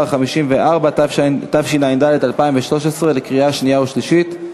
מס' 54), התשע"ד 2013, קריאה שנייה ושלישית.